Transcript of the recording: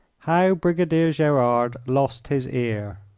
how brigadier gerard lost his ear